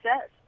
says